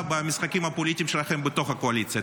במשחקים הפוליטיים שלכם בתוך הקואליציה?